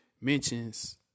mentions